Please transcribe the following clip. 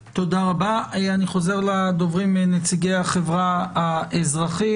תודה, אני חוזר לאורחים מקרב החברה האזרחית.